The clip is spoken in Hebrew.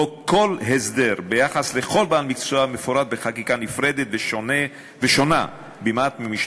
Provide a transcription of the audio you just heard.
שבו כל הסדר ביחס לכל בעל מקצוע מפורט בחקיקה נפרדת ושונה מעט ממשנהו.